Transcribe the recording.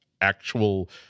actual